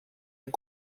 est